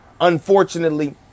unfortunately